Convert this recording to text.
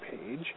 page